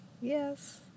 Yes